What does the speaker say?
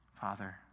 Father